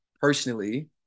personally